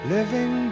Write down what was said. Living